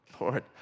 Lord